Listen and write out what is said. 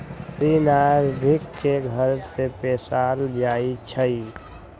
कारी नार्भिक के घर में पोशाल जाइ छइ